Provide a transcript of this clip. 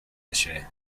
issue